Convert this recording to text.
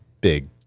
big